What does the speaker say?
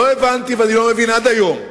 לא הבנתי, ואני לא מבין עד היום,